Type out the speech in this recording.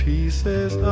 Pieces